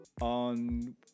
on